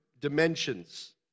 dimensions